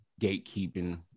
gatekeeping